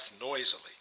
noisily